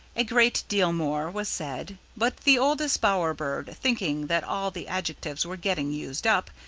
a great deal more was said, but the oldest bower bird, thinking that all the adjectives were getting used up,